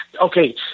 Okay